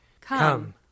Come